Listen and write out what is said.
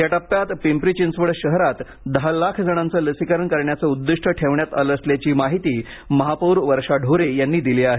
या टप्प्यात पिंपरी चिंचवड शहरात दहा लाख जणांचं लसीकरण करण्याचे उद्दिष्ट ठेवण्यात आलं असल्याची माहिती महापौर वर्षा ढोरे यांनी दिली आहे